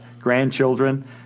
grandchildren